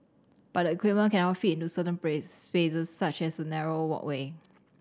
but the equipment cannot fit into certain place spaces such as a narrow walkway